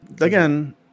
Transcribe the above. Again